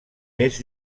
més